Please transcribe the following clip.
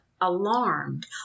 alarmed